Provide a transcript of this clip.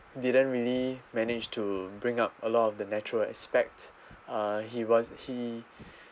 didn't really manage to bring up a lot of the natural aspect uh he was he